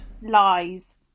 Lies